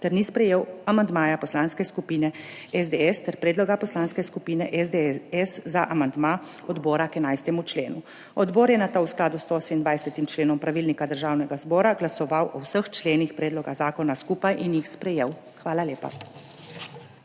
ter ni sprejel amandmaja Poslanske skupine SDS ter predloga Poslanske skupine SDS za amandma odbora k 11. členu. Odbor je nato v skladu s 128. členom Poslovnika Državnega zbora glasoval o vseh členih predloga zakona skupaj in jih sprejel. Hvala lepa.